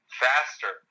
faster